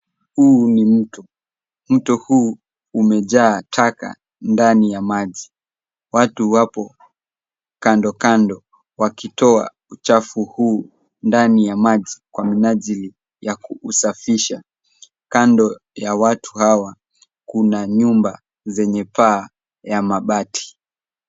Huu ni mto. Mto huu umejaa taka ndani ya maji. Watu wapo kando kando wakitoa uchafu huu ndani ya maji kwa minajili ya kuusafisha. Kando ya watu hawa kuna nyumba zenye paa ya mabati.